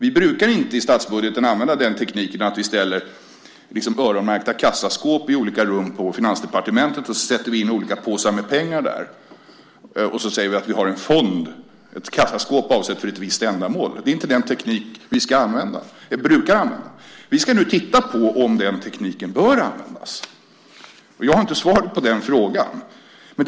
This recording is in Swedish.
I statsbudgeten brukar vi inte använda tekniken att vi liksom ställer öronmärkta kassaskåp i olika rum på Finansdepartementet och sätter in olika påsar med pengar där och sedan säger att vi har en fond, ett kassaskåp, avsett för ett visst ändamål. Det är inte den teknik som vi brukar använda. Vi ska nu titta på om den tekniken bör användas. Jag har inte något svar på den frågan.